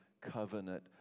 covenant